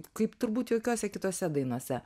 kaip turbūt jokiose kitose dainose